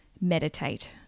Meditate